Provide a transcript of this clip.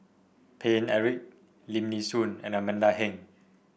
Paine Eric Lim Nee Soon and Amanda Heng